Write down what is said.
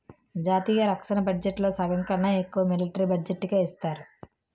జాతీయ రక్షణ బడ్జెట్లో సగంకన్నా ఎక్కువ మిలట్రీ బడ్జెట్టుకే ఇస్తారు